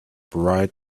bright